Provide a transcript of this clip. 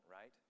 right